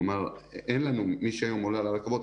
כלומר מי שהיום עולה על הרכבות,